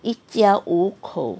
一家五口